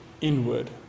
inward